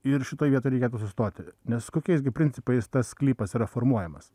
ir šitoj vietoj reikėtų sustoti nes kokiais gi principais tas sklypas yra formuojamas